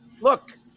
look